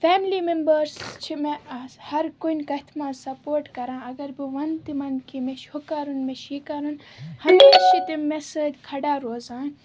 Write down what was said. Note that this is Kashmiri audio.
فیملی مِمبٲرٕس چھِ مےٚ آز ہَرٕ کُنہِ کَتھہِ منٛز سَپورٹ کَران اَگر بہٕ وَنہٕ تِمَن کہِ مےٚ چھُ ہُہ کَرُن مےٚ چھِ یہِ کَرُن ہَر چھِ تِم مےٚ سۭتۍ کھڑا روزان